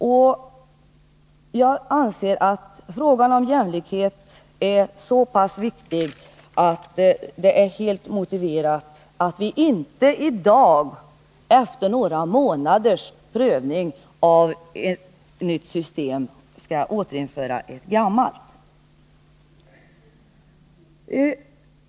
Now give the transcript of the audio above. Och jag anser att frågan om jämlikhet är så pass viktig att det är helt motiverat att vi inte i dag efter några månaders prövning av ett nytt system skall återinföra ett gammalt.